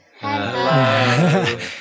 hello